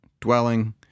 dwelling